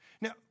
Now